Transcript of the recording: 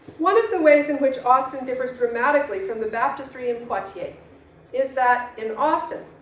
one of the ways in which austin differs dramatically from the baptistry in poitiers is that in austin,